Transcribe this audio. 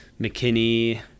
McKinney